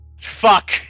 fuck